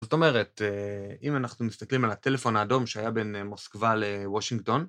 זאת אומרת, אם אנחנו מסתכלים על הטלפון האדום שהיה בין מוסקבה לוושינגטון,